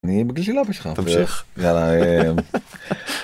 נהיה בגיל של אבא שלך. תמשיך. יאללה.